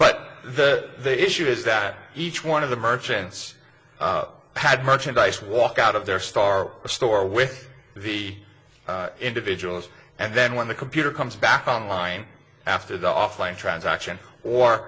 but the issue is that each one of the merchants had merchandise walk out of their star store with the individuals and then when the computer comes back online after the offline transaction or